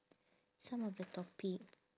some of the topic